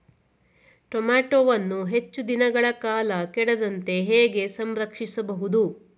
ಟೋಮ್ಯಾಟೋವನ್ನು ಹೆಚ್ಚು ದಿನಗಳ ಕಾಲ ಕೆಡದಂತೆ ಹೇಗೆ ಸಂರಕ್ಷಿಸಬಹುದು?